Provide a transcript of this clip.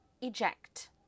eject